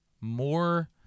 more